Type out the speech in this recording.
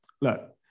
look